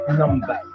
number